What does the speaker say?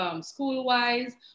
school-wise